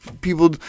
people